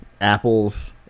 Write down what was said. Apple's